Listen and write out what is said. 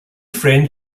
friend